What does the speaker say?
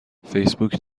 فیسبوک